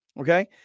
Okay